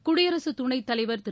குடியரசு துணைத்தலைவர் திரு